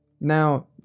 now